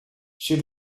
she